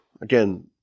Again